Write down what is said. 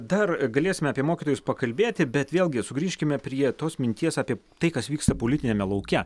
dar galėsime apie mokytojus pakalbėti bet vėlgi sugrįžkime prie tos minties apie tai kas vyksta politiniame lauke